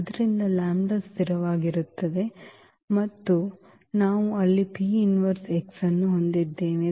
ಆದ್ದರಿಂದ ಲ್ಯಾಂಬ್ಡಾ ಸ್ಥಿರವಾಗಿರುತ್ತದೆ ನಾವು ಅಲ್ಲಿ x ಅನ್ನು ಹೊಂದಿದ್ದೇವೆ